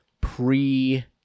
pre